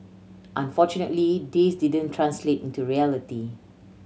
unfortunately this didn't translate into reality